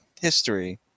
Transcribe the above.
history